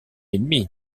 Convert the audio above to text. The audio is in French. ennemi